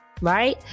right